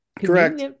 Correct